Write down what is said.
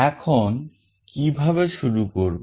এখন কিভাবে শুরু করব